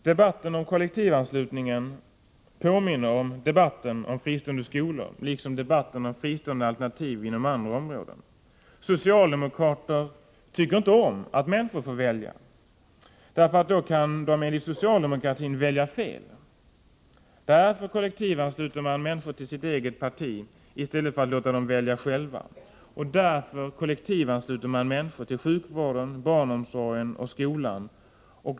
Debatten om kollektivanslutningen påminner om debatten om fristående skolor liksom debatten om fristående alternativ inom andra områden. Socialdemokrater tycker inte om att människor får välja, därför att då kan de enligt socialdemokratin välja fel. Därför kollektivansluter man människor till sitt eget parti i stället för att låta dem välja själva. Därför kollektivansluter man människor till sjukvård, barnomsorg och skolor.